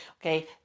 okay